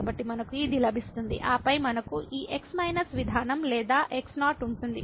కాబట్టి మనకు ఇది లభిస్తుంది ఆపై మనకు ఈ x మైనస్ విధానం లేదా x0 ఉంటుంది